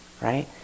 right